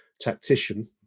tactician